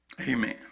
Amen